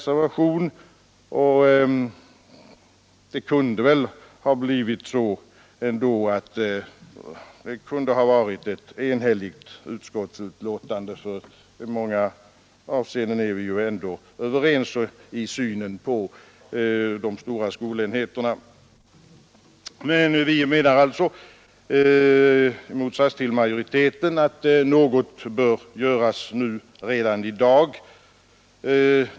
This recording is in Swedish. Jag tycker att utskottsbetänkandet kunde ha blivit enhälligt, därför att vi ändå i många avseenden är överens i synen på de stora skolenheterna. I motsats till majoriteten menar vi att något bör göras redan i dag.